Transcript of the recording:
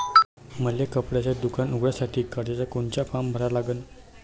मले कपड्याच दुकान उघडासाठी कर्जाचा कोनचा फारम भरा लागन?